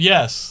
Yes